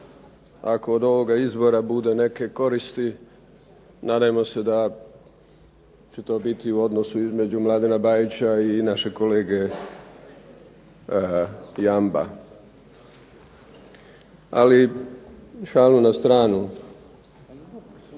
Ako od ovoga izbora bude neke koristi nadajmo se da će to biti u odnosu između Mladena Bajića i našeg kolege Jumba. Ali šalu na stranu,